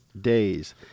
days